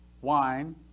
wine